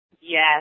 Yes